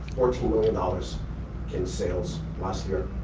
fourteen million dollars in sales last year.